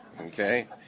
Okay